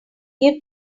give